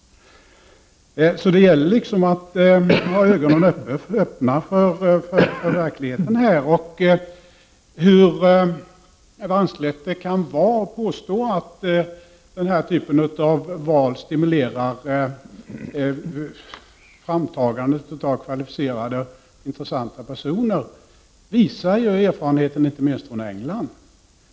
Det gäller att ha ögonen öppna för verkligheten. Hur vanskligt det kan vara att påstå att denna typ av val stimulerar framtagandet av kvalificerade, intressanta personer visar erfarenheten inte minst från England.